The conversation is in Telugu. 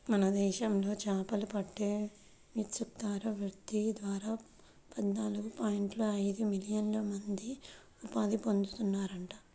మన దేశంలో చేపలు పట్టే మత్స్యకార వృత్తి ద్వారా పద్నాలుగు పాయింట్ ఐదు మిలియన్ల మంది ఉపాధి పొందుతున్నారంట